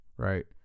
Right